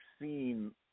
seen